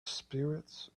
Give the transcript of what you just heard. spirits